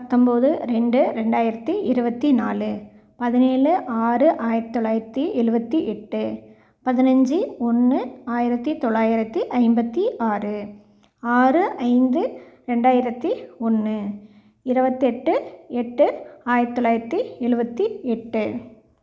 பத்தொம்போது ரெண்டு ரெண்டாயிரத்தி இருபத்தி நாலு பதினேழு ஆறு ஆயிரத்தி தொள்ளாயிரத்தி எழுவத்தி எட்டு பதினஞ்சி ஒன்று ஆயிரத்தி தொள்ளாயிரத்தி ஐம்பத்தி ஆறு ஆறு ஐந்து ரெண்டாயிரத்தி ஒன்று இருபத்தெட்டு எட்டு ஆயிரத்தி தொள்ளாயிரத்தி எழுவத்தி எட்டு